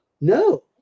no